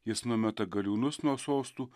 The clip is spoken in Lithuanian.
jis numeta galiūnus nuo sostų